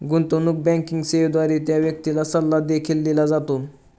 गुंतवणूक बँकिंग सेवेद्वारे त्या व्यक्तीला सल्ला देखील दिला जातो